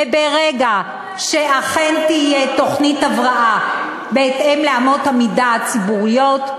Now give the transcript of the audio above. וברגע שאכן תהיה תוכנית הבראה בהתאם לאמות המידה הציבוריות,